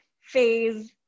phase